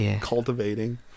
cultivating